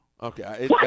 Okay